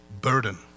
burden